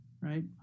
right